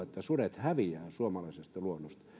että sudet häviävät suomalaisesta luonnosta